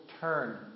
turn